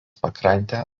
pakrantę